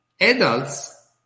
Adults